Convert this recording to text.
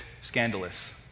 scandalous